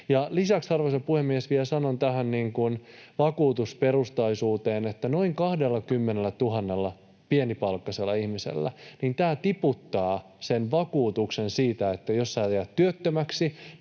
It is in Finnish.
Lisäksi, arvoisa puhemies, vielä sanon tähän vakuutusperustaisuuteen, että noin 20 000 pienipalkkaisella ihmisellä tämä tiputtaa sen vakuutuksen: jos sinä jäät työttömäksi,